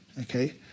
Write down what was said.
Okay